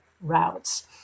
routes